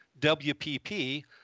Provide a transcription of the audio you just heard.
WPP